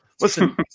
Listen